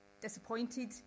disappointed